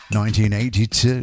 1982